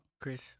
Chris